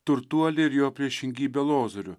turtuolį ir jo priešingybę lozorių